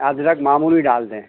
अदरक मामूली डाल दें